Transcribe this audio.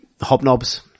hobnobs